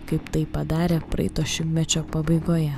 kaip tai padarė praeito šimtmečio pabaigoje